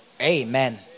Amen